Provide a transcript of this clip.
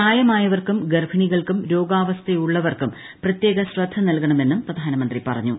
പ്രായമായവർക്കും ഗർഭിണികൾക്കും രോഗാവസ്ഥയുള്ളവർക്കും പ്രത്യേക ശ്രദ്ധ നൽക ണമെന്നും പ്രധാനമന്ത്രി പറഞ്ഞു